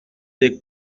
des